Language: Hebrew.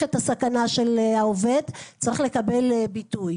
את הסכנה של העובד צריך לקבל ביטוי.